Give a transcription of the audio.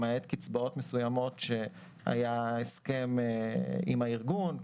למעט קצבאות מסוימות שהיה הסכם עם הארגון,